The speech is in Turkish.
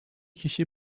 kişi